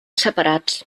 separats